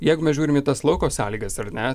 jeigu mes žiūrim į tas lauko sąlygas ar ne